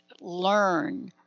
learn